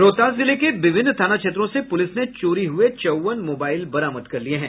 रोहतास जिले के विभिन्न थाना क्षेत्रों से पुलिस ने चोरी हुए चौवन मोबाईल को बरामद किया है